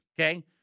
okay